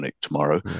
tomorrow